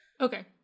Okay